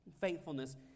faithfulness